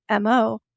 mo